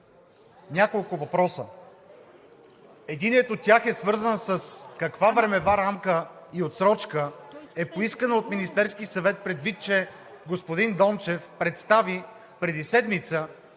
няколко въпроса. Единият от тях е свързан с каква времева рамка и отсрочка е поискана от Министерския съвет, предвид че господин Дончев представи преди седмица